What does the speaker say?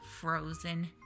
frozen